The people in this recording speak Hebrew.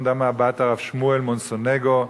בת הרב יעקב מונסונגו,